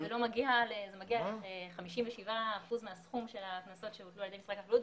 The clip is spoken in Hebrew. זה מגיע ל-57% מסכום של הקנסות שהוטלו על-ידי משרד החקלאות,